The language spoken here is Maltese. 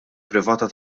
privata